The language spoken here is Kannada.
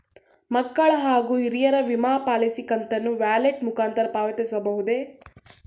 ಮಕ್ಕಳ ಹಾಗೂ ಹಿರಿಯರ ವಿಮಾ ಪಾಲಿಸಿ ಕಂತನ್ನು ವ್ಯಾಲೆಟ್ ಮುಖಾಂತರ ಪಾವತಿಸಬಹುದೇ?